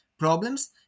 problems